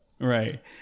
Right